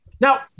Now